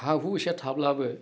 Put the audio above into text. हा हु एसेया थाब्लाबो